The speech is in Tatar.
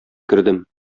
кердем